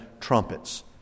trumpets